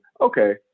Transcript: okay